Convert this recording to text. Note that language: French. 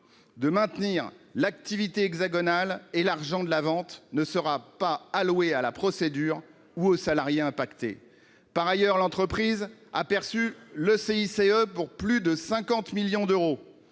de maintenir l'activité hexagonale, mais dont le produit de la vente ne sera pas alloué à la procédure ni aux salariés touchés. Par ailleurs, l'entreprise a perçu pour plus de 50 millions d'euros